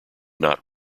not